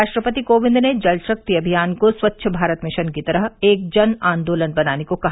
राष्ट्रपति कोविंद ने जल शक्ति अभियान को स्वच्छ भारत मिशन की तरह एक जन आन्दोलन बनाने को कहा